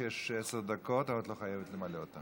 גם לך יש עשר דקות, אבל את לא חייבת למלא אותן.